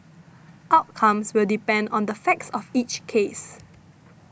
outcomes will depend on the facts of each case